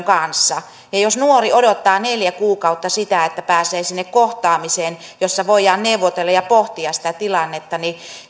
kanssa ja jos nuori odottaa neljä kuukautta sitä että pääsee sinne kohtaamiseen jossa voidaan neuvotella ja pohtia sitä tilannetta